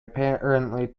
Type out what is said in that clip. apparently